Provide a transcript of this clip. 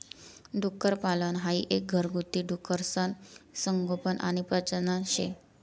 डुक्करपालन हाई एक घरगुती डुकरसनं संगोपन आणि प्रजनन शे